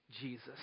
Jesus